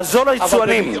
לעזור ליצואנים.